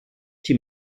die